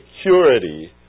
security